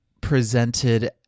presented